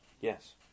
Yes